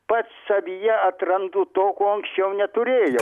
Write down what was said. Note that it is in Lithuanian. pats savyje atrandu to ko anksčiau neturėjau